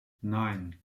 nine